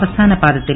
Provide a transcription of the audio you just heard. അവസാന പാദത്തിൽ